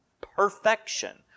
Perfection